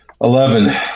Eleven